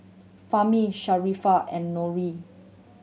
Fahmi Sharifah and Nurin